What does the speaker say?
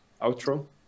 outro